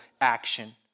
action